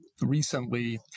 recently